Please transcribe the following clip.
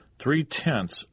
three-tenths